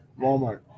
walmart